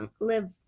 live